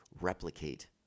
replicate